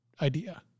idea